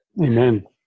Amen